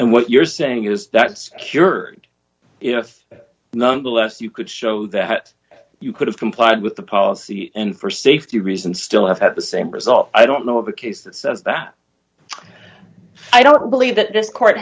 and what you're saying is that secured if nonetheless you could show that you could have complied with the policy and for safety reasons still have had the same result i don't know of a case that says that i don't believe that this